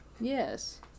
Yes